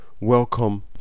Welcome